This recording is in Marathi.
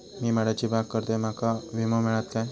मी माडाची बाग करतंय माका विमो मिळात काय?